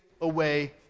away